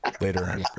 later